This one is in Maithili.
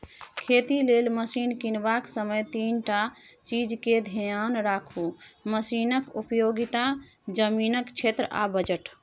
खेती लेल मशीन कीनबाक समय तीनटा चीजकेँ धेआन राखु मशीनक उपयोगिता, जमीनक क्षेत्र आ बजट